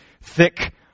thick